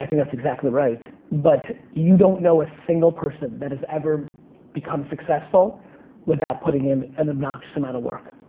that's exactly right, but you don't know a single person that has ever become successful without putting in an obnoxious amount of work.